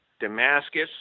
Damascus